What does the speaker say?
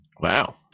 Wow